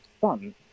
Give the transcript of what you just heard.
fun